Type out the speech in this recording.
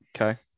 Okay